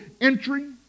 entry